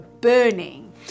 burning